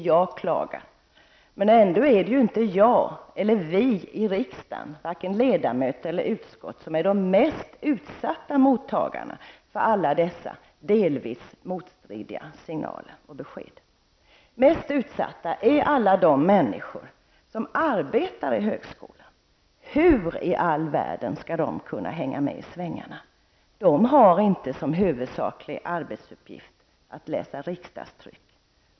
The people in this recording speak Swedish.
Jag klagar, men ändå är ju inte jag eller vi i riksdagen, vare sig ledamöter eller utskott, de mest utsatta mottagarna för alla dessa delvis motstridiga signaler och besked. Mest utsatta är alla de människor som arbetar i högskolan. Hur i all världen skall de kunna hänga med i svängarna? De har inte som huvudsaklig arbetsuppgift att läsa riksdagstryck.